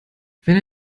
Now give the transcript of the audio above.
wenn